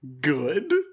good